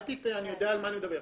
אל תטעה, אני יודע על מה אני מדבר.